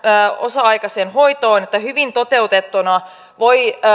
osa aikaiseen hoitoon että se hyvin toteutettuna voi